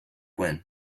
when